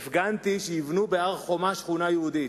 הפגנתי כדי שיבנו בהר-חומה שכונה יהודית.